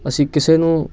ਅਸੀਂ ਕਿਸੇ ਨੂੰ